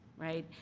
right?